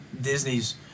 Disney's